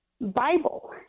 Bible